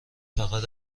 فقط